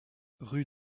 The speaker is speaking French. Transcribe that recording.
rue